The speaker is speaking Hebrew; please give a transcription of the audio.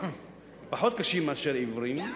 פחות קשים מאשר של העיוורים.